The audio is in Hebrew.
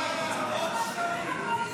עוד שקרים.